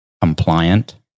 compliant